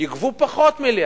יגבו פחות מיליארד,